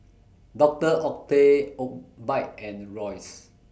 Doctor Oetker Obike and Royce